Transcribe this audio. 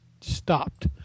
stopped